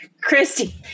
Christy